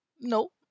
No